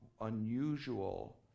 unusual